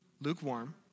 Lukewarm